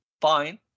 fine